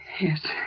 Yes